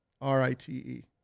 R-I-T-E